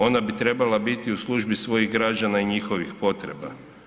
Ona bi trebala biti u službi svojih građana i njihovih potreba.